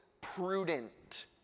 prudent